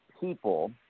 people